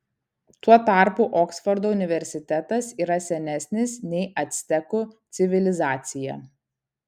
tuo tarpu oksfordo universitetas yra senesnis nei actekų civilizacija